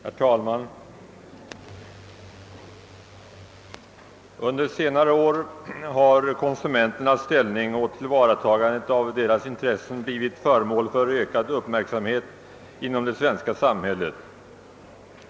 Herr talman! Under senare år har konsumenternas ställning och tillvaratagandet av deras intressen blivit föremål för ökad uppmärksamhet inom det svenska samhället.